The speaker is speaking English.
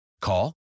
Call